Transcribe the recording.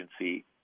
agency